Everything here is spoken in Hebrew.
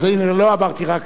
אז הנה, לא אמרתי רק